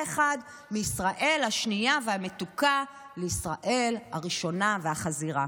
אחד מישראל השנייה והמתוקה לישראל הראשונה החזירה